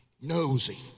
Nosy